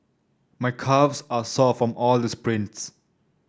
my calves are sore from all the sprints